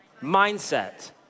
Mindset